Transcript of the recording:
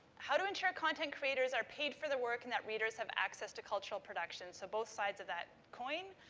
how to ensure content creators are paid for the work and that readers have access to cultural productions. so, both sides of that coin.